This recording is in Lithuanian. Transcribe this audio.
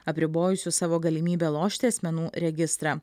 apribojusių savo galimybę lošti asmenų registrą